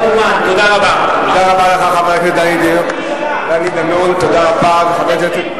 אני מסתכל לכם בעיניים ואני רואה את הפחד שלכם מהחקירה והבדיקה הזאת.